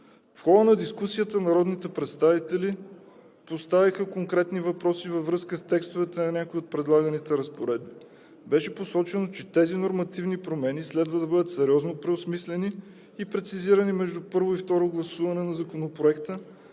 В хода на дискусията народните представители поставиха конкретни въпроси във връзка с текстовете на някои от предлаганите разпоредби. Беше посочено, че тези нормативни промени следва да бъдат сериозно преосмислени и прецизирани между първо и второ гласуване на Законопроекта,